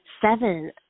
seven